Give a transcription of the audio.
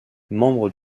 membre